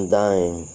dying